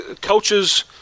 coaches